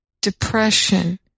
depression